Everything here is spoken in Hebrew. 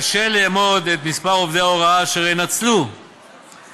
קשה לאמוד את מספר עובדי ההוראה אשר ינצלו את